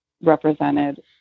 represented